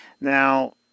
Now